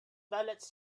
ballads